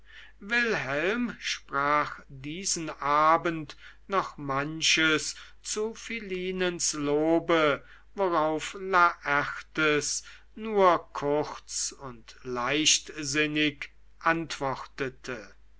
wilhelm sprach diesen abend noch manches zu philinens lobe worauf laertes nur kurz und leichtsinnig antwortete